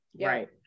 Right